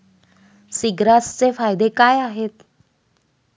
सीग्रासचे फायदे काय आहेत?